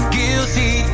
Guilty